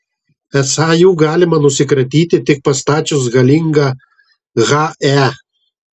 esą jų galima nusikratyti tik pastačius galingą he